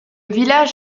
village